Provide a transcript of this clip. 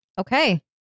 Okay